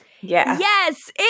Yes